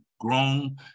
grown